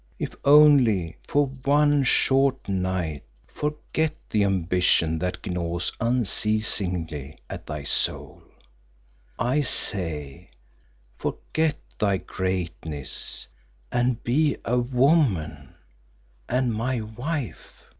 if only for one short night forget the ambition that gnaws unceasingly at thy soul i say forget thy greatness and be a woman and my wife.